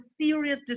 serious